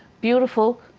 beautiful.